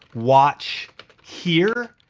watch here,